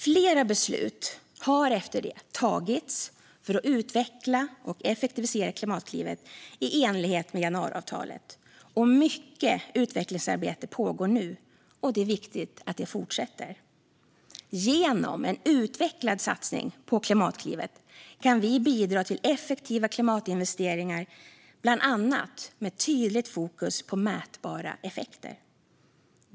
Flera beslut har efter detta tagits för att utveckla och effektivisera Klimatklivet i enlighet med januariavtalet. Mycket utvecklingsarbete pågår nu, och det är viktigt att det arbetet fortsätter. Genom en utvecklad satsning på Klimatklivet kan vi bidra till effektiva klimatinvesteringar, bland annat med tydligt fokus på mätbara effekter.